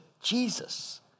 Jesus